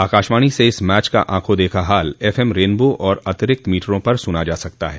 आकाशवाणी से इस मैच का आखों देखा हाल एफएम रेनबो और अतिरिक्त मीटरों पर सूना जा सकता है